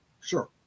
Sure